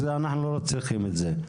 אז אנחנו לא צריכים את זה.